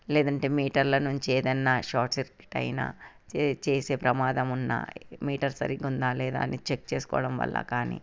లేదంటే మీటర్ల నుంచి ఏదైనా షార్ట్ సర్క్యూట్ అయిన చేసే ప్రమాదం ఉన్న మీటర్ సరిగ్గా ఉందా లేదా అని చెక్ చేసుకోవడం వల్ల కానీ